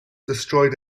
destroyed